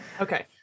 Okay